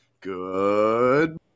Good